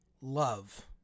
love